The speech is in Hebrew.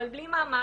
אין לה מעמד,